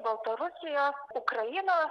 baltarusijos ukrainos